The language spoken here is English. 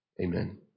Amen